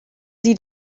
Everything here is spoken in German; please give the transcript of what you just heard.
sie